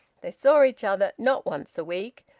they saw each other, not once a week,